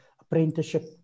apprenticeship